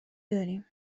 داریم